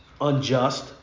unjust